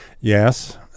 Yes